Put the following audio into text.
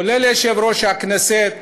כולל יושב-ראש הכנסת,